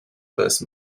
first